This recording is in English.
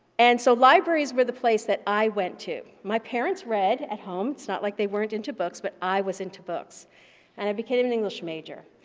and so libraries were the place that i went to. my parents read at home, it's not like they weren't into books, but i was into books and i became an english major.